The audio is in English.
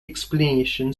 explanation